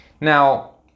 now